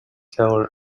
teller